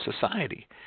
society